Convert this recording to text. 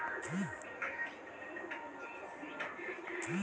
बहुत ला लोग ब्रोकरेर रूपत निवेश बैंकिंग सेवात काम कर छेक